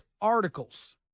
articles